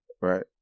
right